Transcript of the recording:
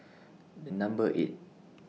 The Number eight